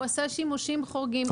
הוא עשה שימושים חורגים.